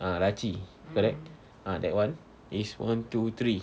ah laci correct ah that [one] is one two three